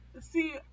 see